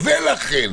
ולכן,